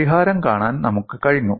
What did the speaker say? പരിഹാരം കാണാൻ നമുക്ക് കഴിഞ്ഞു